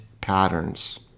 patterns